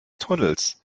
tunnels